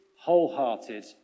wholehearted